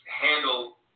handle